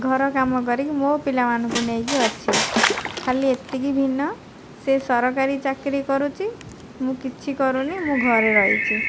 ଘର କାମ କରିକି ମୋ' ପିଲାମାନଙ୍କୁ ନେଇକି ଅଛି ଖାଲି ଏତିକି ଭିନ୍ନ ସେ ସରକାରୀ ଚାକିରି କରୁଛି ମୁଁ କିଛି କରୁନାହିଁ ମୁଁ ଘରେ ରହିଛି